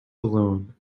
alone